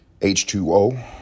H2O